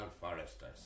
Foresters